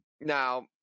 Now